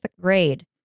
grade